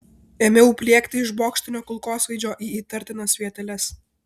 ėmiau pliekti iš bokštinio kulkosvaidžio į įtartinas vieteles